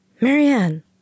Marianne